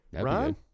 Ron